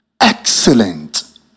Excellent